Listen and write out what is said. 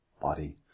body